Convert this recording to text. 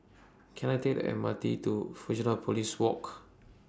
Can I Take The M R T to Fusionopolis Walk